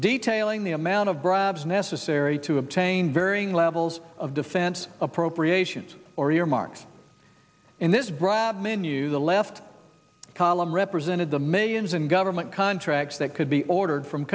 detailing the amount of bribes necessary to obtain varying levels of defense appropriations or earmarks in this bribe menu the left column represented the millions in government contracts that could be ordered from